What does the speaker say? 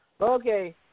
Okay